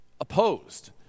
opposed